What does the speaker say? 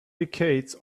decades